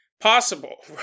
possible